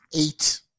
eight